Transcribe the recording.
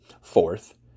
Fourth